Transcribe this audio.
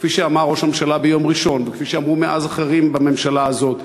כפי שאמר ראש הממשלה ביום ראשון וכפי שאמרו מאז אחרים בממשלה הזאת,